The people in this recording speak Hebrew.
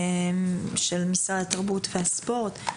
של משרד התרבות והספורט.